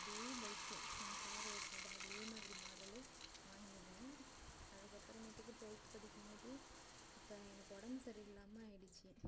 அதே பைக் எங்கள் சார் ஓட்டினது அதேமாதிரி மாடலு வாங்கிட்டேன் அதுக்கப்புறமேட்டுக்கு டுவெல்த் படிக்கும்போது அப்போ எனக்கு உடம்பு சரி இல்லாமல் ஆகிடுச்சி